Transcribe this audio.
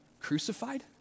crucified